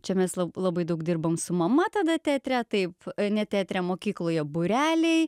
čia mes labai daug dirbom su mama tada teatre taip ne teatre mokykloje būreliai